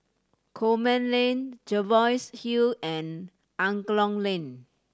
Coleman Lane Jervois Hill and Angklong Lane